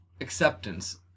acceptance